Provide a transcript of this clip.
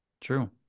True